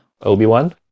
Obi-Wan